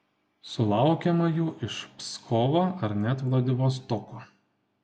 sulaukiama jų iš pskovo ar net vladivostoko